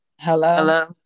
hello